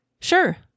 Sure